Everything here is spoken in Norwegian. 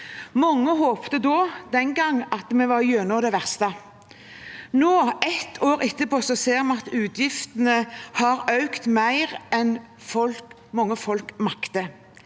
Mange håpet den gangen at vi var gjennom det verste. Nå, ett år etter, ser vi at utgiftene har økt mer enn mange folk makter.